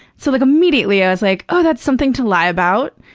so, like, immediately, i was like, oh, that's something to lie about.